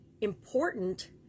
important